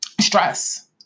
stress